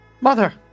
mother